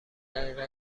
دقیقه